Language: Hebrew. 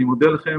אני מודה לכם